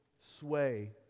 sway